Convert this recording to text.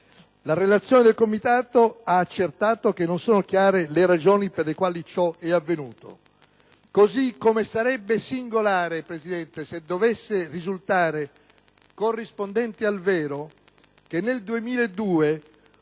La relazione del Comitato ha accertato che non sono chiare le ragioni per le quali ciò è avvenuto. Così come sarebbe singolare, Presidente, se dovesse risultare corrispondente al vero che, nel 2002,